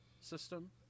system